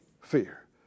fear